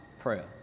prayer